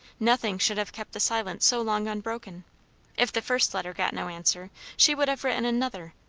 nothing should have kept the silence so long unbroken if the first letter got no answer, she would have written another.